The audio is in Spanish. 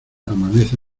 amanece